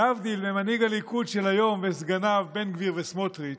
להבדיל ממנהיג הליכוד של היום וסגניו בן גביר וסמוטריץ',